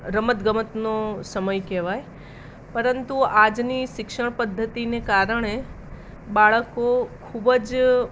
રમતગમતનો સમય કહેવાય પરંતુ આજની શિક્ષણ પદ્ધતિને કારણે બાળકો ખૂબ જ